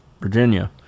Virginia